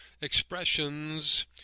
expressions